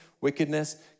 wickedness